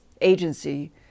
agency